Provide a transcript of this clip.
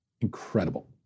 Incredible